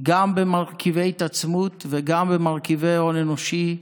גם במרכיבי התעצמות וגם במרכיבי הון אנושי,